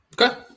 Okay